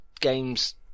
games